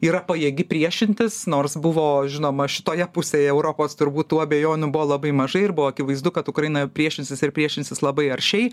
yra pajėgi priešintis nors buvo žinoma šitoje pusėje europos turbūt tų abejonių buvo labai mažai ir buvo akivaizdu kad ukraina priešinsis ir priešinsis labai aršiai